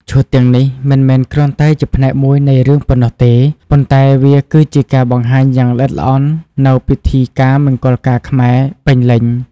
ឈុតទាំងនេះមិនមែនគ្រាន់តែជាផ្នែកមួយនៃរឿងប៉ុណ្ណោះទេ ប៉ុន្តែវាគឺជាការបង្ហាញយ៉ាងល្អិតល្អន់នូវ ពិធីការមង្គលការខ្មែរ ពេញលេញ។